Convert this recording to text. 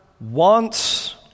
wants